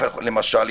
למשל,